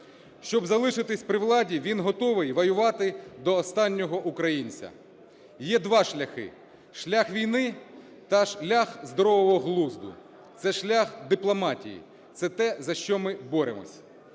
Щоб залишитись при владі, він готовий воювати до останнього українця. Є два шляхи: шлях війни та шлях здорового глузду. Це шлях дипломатії. Це те, за що ми боремося.